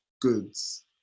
goods